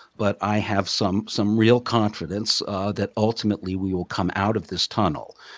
but i have some some real confidence that ultimately we will come out of this tunnel.